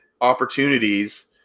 opportunities